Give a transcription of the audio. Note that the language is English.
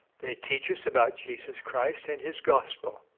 they teach us about jesus christ and his gospel,